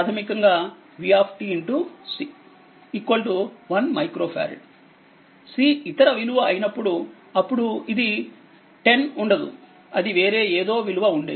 c 1 microfarad C ఇతర విలువ అయినప్పుడు అప్పుడు ఇది 10 అది ఉండదు అది వేరే ఏదో విలువ ఉండేది